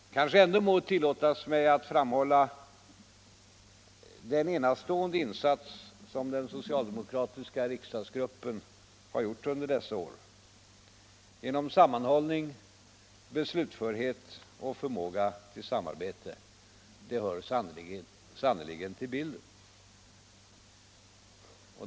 Det kanske ändå må tillåtas mig att framhålla den enastående insats som den socialdemokratiska riksdagsgruppen har gjort under dessa år = genom sammanhållning, beslutförhet och förmåga till samarbete. Det hör sannerligen till bilden.